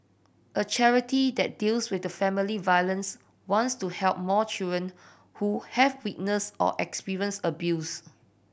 a charity that deals with family violence wants to help more children who have witnessed or experienced abuse